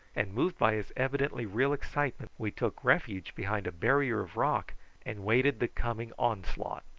and, moved by his evidently real excitement, we took refuge behind a barrier of rock and waited the coming onslaught,